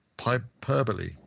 hyperbole